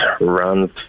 runs